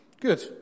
Good